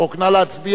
נא להצביע.